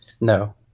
No